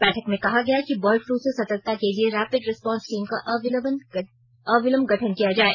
बैठक में कहा गया कि बर्ड फ़लू से सर्तकता के लिए रैपिड रिस्पोंस टीम का अविलंब गठन किया जाय